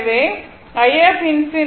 எனவே i∞1